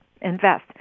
invest